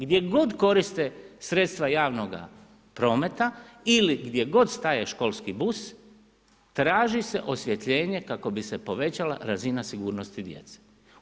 Gdje god koriste sredstva javnoga prometa ili gdje god staje školski bus, traži se osvjetljenje kako bi se povećala razina sigurnosti djece.